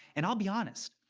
and i'll be honest,